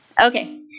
Okay